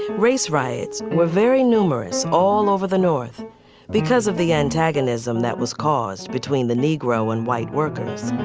race riots were very numerous all over the north because of the antagonism that was caused between the negro and white workers